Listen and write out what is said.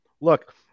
look